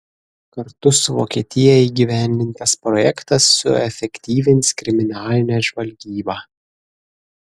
kartu su vokietija įgyvendintas projektas suefektyvins kriminalinę žvalgybą